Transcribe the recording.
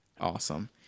Awesome